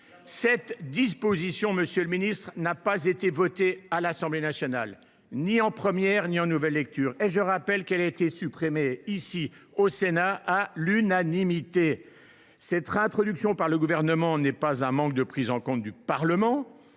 Cette disposition, monsieur le ministre, n’a pas été votée à l’Assemblée nationale, ni en première ni en nouvelle lecture. Et je rappelle qu’elle a été supprimée ici, au Sénat, à l’unanimité. Cette réintroduction par le Gouvernement n’est pas un manque de prise en compte du Parlement